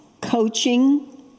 coaching